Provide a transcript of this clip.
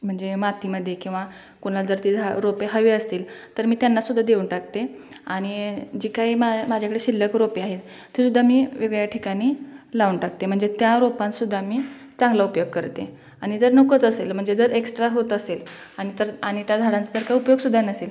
म्हणजे मातीमधे किंवा कोणाला जर ती झा रोपे हवे असतील तर मी त्यांनासुद्धा देऊन टाकते आणि जे काही माय माझ्याकडे शिल्लक रोपे आहे तेसुद्धा मी वेगवेगळ्या ठिकानी लाऊन टाकते म्हणजे त्या रोपातसुद्धा मी चांगला उपयोग करते आणि जर नकोच असेल म्हणजे जर एक्सट्रा होत असेल आणि तर आणि त्या झाडांसारखा उपयोगसुद्धा नसेल